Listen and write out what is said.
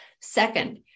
Second